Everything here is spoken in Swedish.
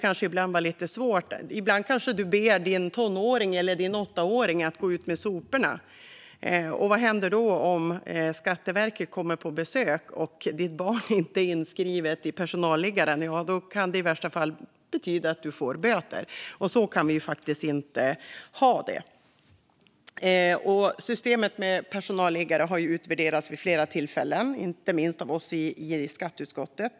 Ibland kan det vara lite svårt - ni kanske ber er tonåring eller åttaåring att gå ut med soporna, och vad händer då om Skatteverket kommer på besök och ditt barn inte är inskrivet i personalliggaren? Ja, i värsta fall kan det betyda att du får böter. Så kan vi faktiskt inte ha det. Systemet med personalliggare har utvärderats vid flera tillfällen, inte minst av oss i skatteutskottet.